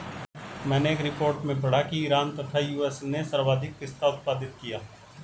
मैनें एक रिपोर्ट में पढ़ा की ईरान तथा यू.एस.ए ने सर्वाधिक पिस्ता उत्पादित किया